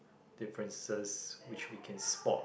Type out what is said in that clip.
differences which we can spot